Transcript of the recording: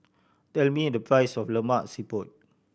tell me the price of Lemak Siput